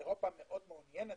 אירופה מאוד מעוניינת